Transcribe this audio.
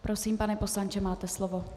Prosím, pane poslanče, máte slovo.